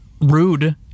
rude